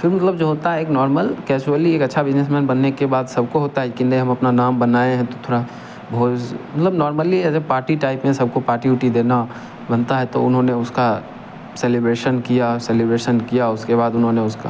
फिर भी लोग जो होता है एक नॉर्मल कैज़ुअली एक अच्छा बिजनेसमैन बनने के बाद सबको होता है कि नहीं हम अपना नाम बनाए हैं तो थोड़ा बहुत मतलब normally as a party type में सबको पार्टी उर्टी देना बनता है तो उन्होंने उसका सेलिब्रेशन किया सेलिब्रेशन किया उसके बाद उन्होंने उसका